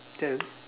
that